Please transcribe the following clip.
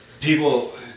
people